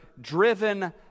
driven